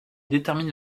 détermine